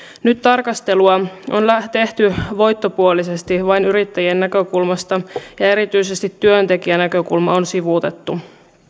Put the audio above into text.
nyt tarkastelua on tehty voittopuolisesti vain yrittäjien näkökulmasta ja erityisesti työntekijänäkökulma on sivuutettu